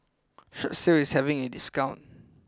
Strepsils is having a discount